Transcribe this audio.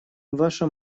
ваша